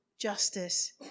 justice